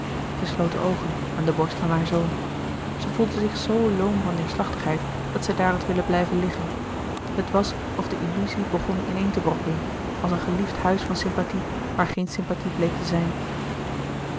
de oogen aan de borst van haar zoon zij voelde zich zoo loom van neêrslachtigheid dat zij daar had willen blijven liggen het was of de illuzie begon in een te brokkelen als een geliefd huis van sympathie waar geen sympathie bleek te zijn